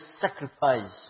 sacrifice